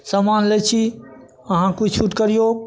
समान लै छी अहाँ किछु छूट करियौ